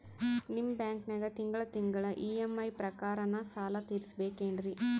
ನಿಮ್ಮ ಬ್ಯಾಂಕನಾಗ ತಿಂಗಳ ತಿಂಗಳ ಇ.ಎಂ.ಐ ಪ್ರಕಾರನ ಸಾಲ ತೀರಿಸಬೇಕೆನ್ರೀ?